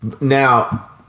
now